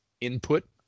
input